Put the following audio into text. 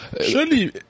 surely